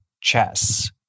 chess